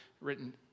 written